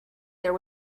there